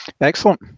Excellent